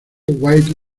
white